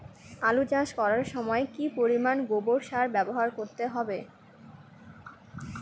আলু চাষ করার সময় কি পরিমাণ গোবর সার ব্যবহার করতে হবে?